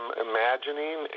imagining